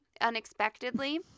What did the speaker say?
unexpectedly